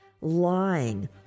lying